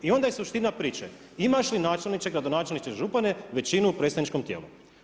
I onda je suština priče, imaš li načelniče, gradonačelniče i župane većinu u predstavničkom tijelu?